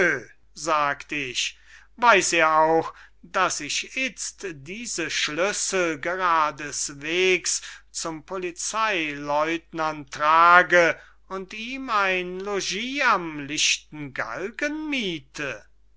sagt ich weiß er auch daß ich itzt diese schlüssel gerades wegs zum policey lieutenant trage und ihm ein logis am lichten galgen miethe